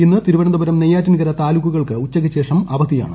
ഇന്ന് തിരുവനന്തപുരം നെയ്യാറ്റിൻകര താലൂക്കുകൾക്ക് ഉച്ചയ്ക്ക് ശേഷം അവധിയാണ്